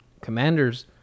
Commanders